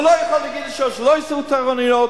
ולא יכול להיות שיגידו שלא יעשו תורנויות,